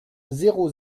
zéro